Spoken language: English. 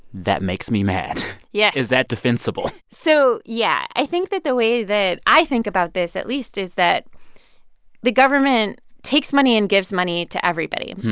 that makes me mad yes yeah is that defensible? so yeah, i think that the way that i think about this at least is that the government takes money and gives money to everybody.